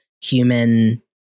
human